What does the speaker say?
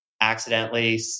accidentally